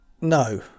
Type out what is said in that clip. No